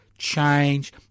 change